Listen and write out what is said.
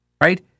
right